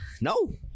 No